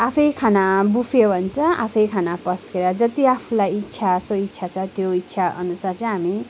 आफै खाना बुफे भन्छ आफै खाना पस्किएर जति आफूलाई इच्छा सो इच्छा छ त्यो इच्छा अनुसार चाहिँ हामी